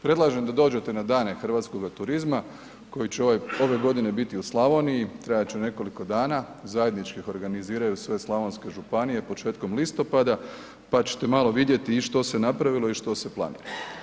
Predlažem da dođete na Dane hrvatskoga turizma koji će ove godine biti u Slavoniji, trajati će nekoliko dana, zajednički ih organiziraju sve slavonske županije početkom listopada pa ćete malo vidjeti i što se napravilo i što se planira.